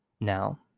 Now